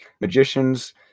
Magicians